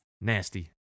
Nasty